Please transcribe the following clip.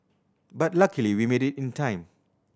but luckily we made it in time